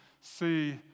see